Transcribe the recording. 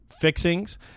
fixings